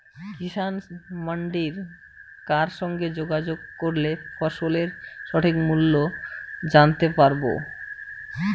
কিষান মান্ডির কার সঙ্গে যোগাযোগ করলে ফসলের সঠিক মূল্য জানতে পারবো?